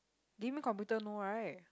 gaming computer no right